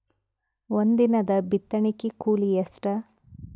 ಒಂದಿನದ ಬಿತ್ತಣಕಿ ಕೂಲಿ ಎಷ್ಟ?